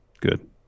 Good